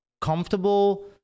comfortable